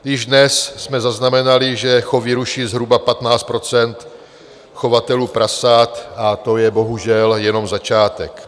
Již dnes jsme zaznamenali, že chovy ruší zhruba 15 % chovatelů prasat, a to je bohužel jenom začátek.